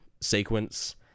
sequence